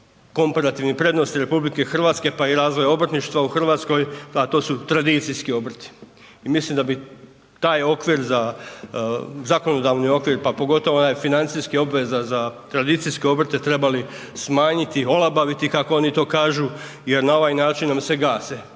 komparativnih prednosti RH pa i razvoj obrtništva u Hrvatskoj, a to su tradicijski obrti. I mislim da bi taj okvir za, zakonodavni okvir pa pogotovo onaj financijski, obveza za tradicijske obrte trebali smanjiti olabaviti, kako oni to kažu jer na ovaj način nam se gase